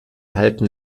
halten